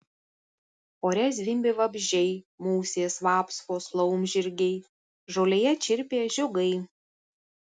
ore zvimbė vabzdžiai musės vapsvos laumžirgiai žolėje čirpė žiogai